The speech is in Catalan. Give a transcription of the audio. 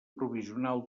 provisional